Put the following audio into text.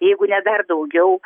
jeigu ne dar daugiau